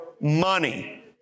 money